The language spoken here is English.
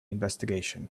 investigation